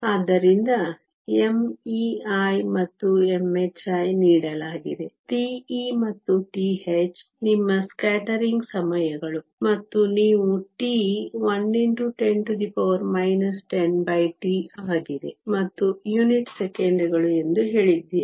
ಆದ್ದರಿಂದ me¿ ಮತ್ತು mh¿ ನೀಡಲಾಗಿದೆ τe ಮತ್ತು τh ನಿಮ್ಮ ಸ್ಕ್ಯಾಟರಿಂಗ್ ಸಮಯಗಳು ಮತ್ತು ನೀವು τ 1x10 10T ಆಗಿದೆ ಮತ್ತು ಯುನಿಟ್ ಸೆಕೆಂಡುಗಳು ಎಂದು ಹೇಳಿದ್ದೀರಿ